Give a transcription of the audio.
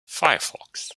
firefox